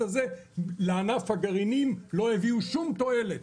לענף הגרעינים לא הביאו שום תועלת.